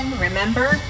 remember